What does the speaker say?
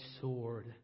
sword